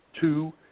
Two